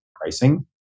pricing